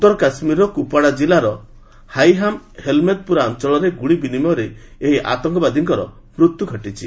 ଉତ୍ତର କାଶ୍ମୀରର କୁପଓ୍ୱାଡା ଜିଲ୍ଲାର ହାଇହାମ୍ ହେଲମତ୍ ପୁରା ଅଞ୍ଚଳରେ ଗୁଳି ବିନିମୟରେ ଏହି ଆତଙ୍କବାଦୀଙ୍କର ମୃତ୍ୟୁ ଘଟିଛି